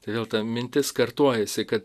tai vėl ta mintis kartojasi kad